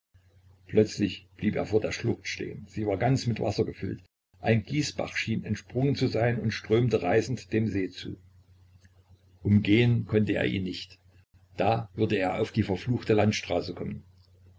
plötzlich blieb er vor der schlucht stehen sie war ganz mit wasser gefüllt ein gießbach schien entsprungen zu sein und strömte reißend dem see zu umgehen konnte er ihn nicht da würde er auf die verfluchte landstraße kommen